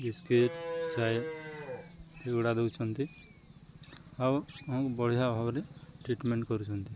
biscuit ଚାଏ ଏଗୁଡ଼ା ଦଉଛନ୍ତି ଆଉ ବଢ଼ିଆ ଭାବରେ ଟ୍ରିଟମେଣ୍ଟ କରୁଛନ୍ତି